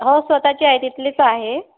हो स्वतःची आहे तिथलीच आहे